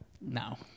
No